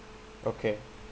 okay